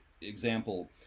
example